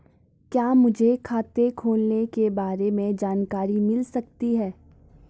क्या मुझे खाते खोलने के बारे में जानकारी मिल सकती है?